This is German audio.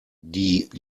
die